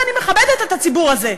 ואני מכבדת את הציבור הזה.